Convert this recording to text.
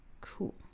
Cool